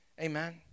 Amen